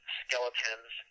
skeletons